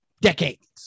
decades